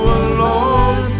alone